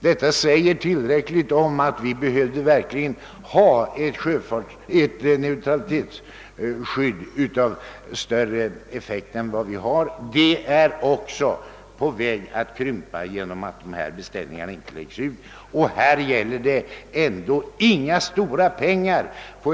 Detta säger tillräckligt om att vi verkligen skulle behöva ha ett neutralitets skydd av större effekt än det vi har, vilket också är på väg att krympa genom att dessa beställningar inte läggs ut. På denna punkt gäller det ändå inga stora pengar.